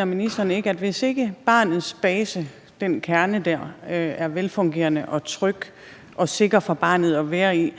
om ministeren ikke anerkender, at hvis ikke barnets base, altså den kerne dér, er velfungerende og tryg og sikker for barnet at være i,